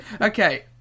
Okay